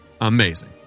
amazing